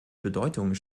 bedeutung